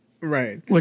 Right